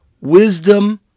wisdom